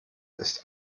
ist